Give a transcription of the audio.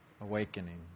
awakening